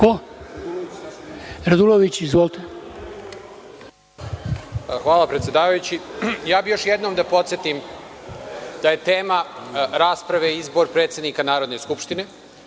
Radulović** Hvala, predsedavajući. Ja bih još jednom da podsetim da je tema rasprave izbor predsednika Narodne skupštine.